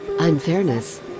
Unfairness